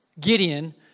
Gideon